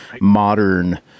modern